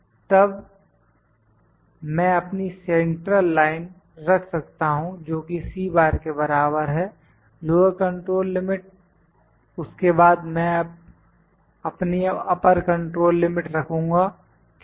तब मैं अपनी सेंट्रल लाइन रख सकता हूं जो कि के बराबर है लोअर कंट्रोल लिमिट उसके बाद मैं अपनी अपर कंट्रोल लिमिट रखूंगा ठीक है